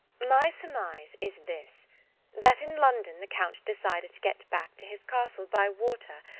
my surmise is, this that in london the count decided to get back to his castle by water,